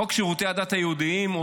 חוק שירותי הדת היהודיים,